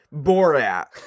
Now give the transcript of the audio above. Borat